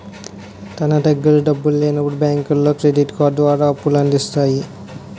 తన దగ్గర డబ్బులు లేనప్పుడు బ్యాంకులో క్రెడిట్ కార్డు ద్వారా అప్పుల అందిస్తాయి